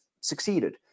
succeeded